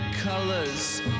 colors